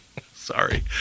Sorry